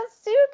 super